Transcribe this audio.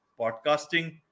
podcasting